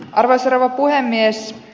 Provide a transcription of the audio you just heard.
arvoisa rouva puhemies